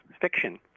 fiction